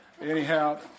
anyhow